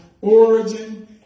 origin